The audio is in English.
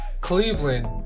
Cleveland